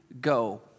go